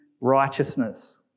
righteousness